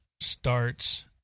starts